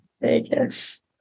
Vegas